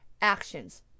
actions